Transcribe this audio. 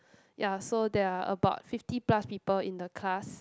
ya so there are about fifty plus people in the class